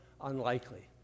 unlikely